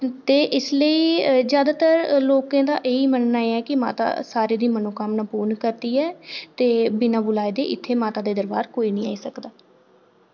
ते इस लेई ज्यादातर लोकें दा एह् ही मन्न'ना ऐ कि माता सारें दी मनोकामना पूर्ण करदी ऐ ते बिना बुलाए दे इत्थै माता दे दरबार कोई निं आई सकदा